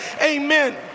Amen